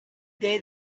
day